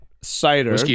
cider